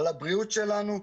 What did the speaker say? על הבריאות שלנו,